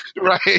Right